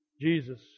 Jesus